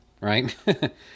right